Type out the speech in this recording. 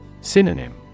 Synonym